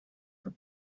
for